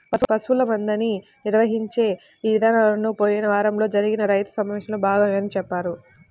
పశువుల మందని నిర్వహించే ఇదానాలను పోయిన వారంలో జరిగిన రైతు సమావేశంలో బాగా వివరించి చెప్పారు